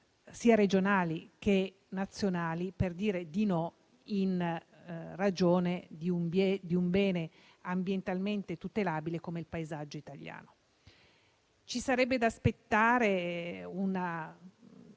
sia regionali che nazionali, per dire di no in ragione di un bene ambientalmente tutelabile come il paesaggio italiano. Ci sarebbe da aspettare una